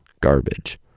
garbage